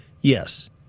Yes